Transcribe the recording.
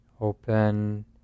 open